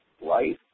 life